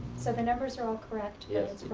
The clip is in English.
so the numbers are all correct yes,